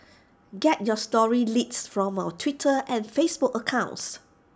get your story leads from our Twitter and Facebook accounts